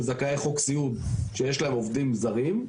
זכאי חוק סיעוד שיש להם עובדים זרים,